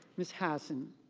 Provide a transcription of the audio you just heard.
ms. hassan